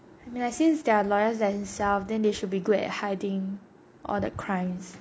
like since they are lawyer themselves then they should be good at hiding all the crimes